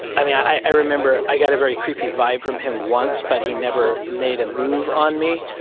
i mean, i remember i got a very creepy vibe from him once but he never made a move on me,